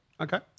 Okay